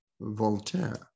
Voltaire